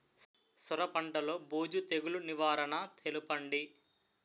సొర పంటలో బూజు తెగులు నివారణ తెలపండి?